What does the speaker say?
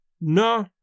No